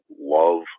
love